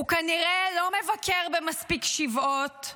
הוא כנראה לא מגיע למספיק שבעות,